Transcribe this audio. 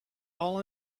all